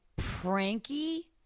pranky